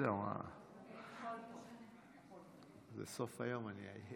זה אולי לא נושא